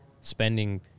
spending